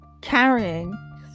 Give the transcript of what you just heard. carrying